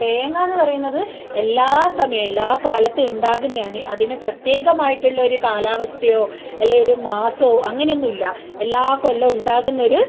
തേങ്ങാന്ന് പറയുന്നത് എല്ലാ സമയം എല്ലാ കാലത്തും ഉണ്ടാകുന്നയാണ് അതിനെ പ്രത്യേകമായിട്ടുള്ളൊരു കാലാവസ്ഥയോ അല്ലെ ഒരു മാസമോ അങ്ങനൊന്നുമില്ല എല്ലാ കൊല്ലവും ഉണ്ടാകുന്ന ഒരു